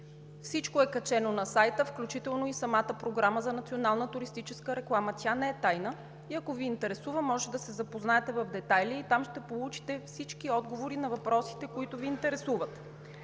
Всичко е качено на сайта, включително и самата Програма за национална туристическа реклама. Тя не е тайна и ако Ви интересува, може да се запознаете в детайли и там ще получите всички отговори на въпросите, които Ви интересуват.